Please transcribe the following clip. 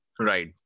Right